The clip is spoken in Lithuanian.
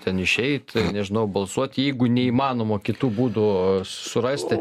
ten išeit nežinau balsuoti jeigu neįmanoma kitų būdų surasti